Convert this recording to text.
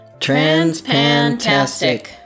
Transpantastic